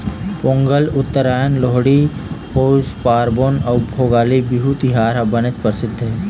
पोंगल, उत्तरायन, लोहड़ी, पउस पारबोन अउ भोगाली बिहू तिहार ह बनेच परसिद्ध हे